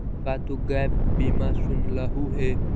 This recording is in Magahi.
का तु गैप बीमा सुनलहुं हे?